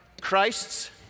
Christ's